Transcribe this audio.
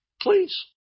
please